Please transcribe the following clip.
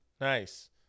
Nice